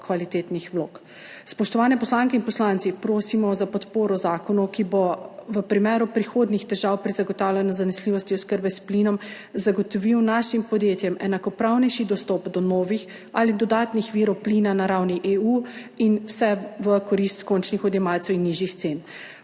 kvalitetnih vlog. Spoštovane poslanke in poslanci, prosimo za podporo zakonu, ki bo v primeru prihodnjih težav pri zagotavljanju zanesljivosti oskrbe s plinom zagotovil našim podjetjem enakopravnejši dostop do novih ali dodatnih virov plina na ravni EU, vse v korist končnih odjemalcev in nižjih cen.